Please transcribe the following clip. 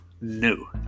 no